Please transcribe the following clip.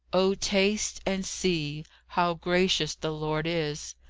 o taste, and see, how gracious the lord is,